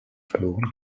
verloren